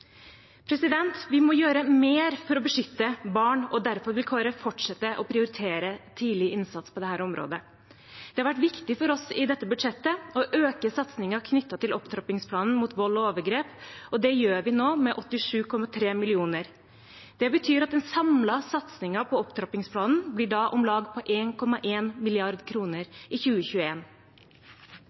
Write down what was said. Vi må gjøre mer for å beskytte barn. Derfor vil Kristelig Folkeparti fortsette med å prioritere tidlig innsats på dette området. Det har vært viktig for oss i dette budsjettet å øke satsingen knyttet til opptrappingsplanen mot vold og overgrep, og det gjør vi nå med 87,3 mill. kr. Det betyr at den samlede satsingen på opptrappingsplanen blir på om lag